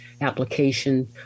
application